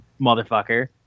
motherfucker